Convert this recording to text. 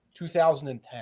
2010